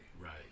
Right